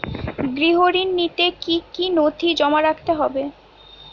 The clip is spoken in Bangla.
গৃহ ঋণ নিতে কি কি নথি জমা রাখতে হবে?